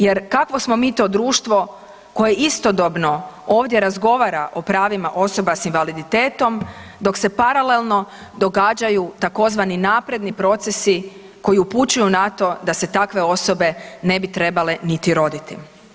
Jer kakvo smo mi to društvo koje istodobno ovdje razgovara o pravima osoba s invaliditetom dok se paralelno događaju tzv. napredni procesi koji upućuju na to da se takve osobe ne bi trebale niti roditi.